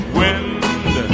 wind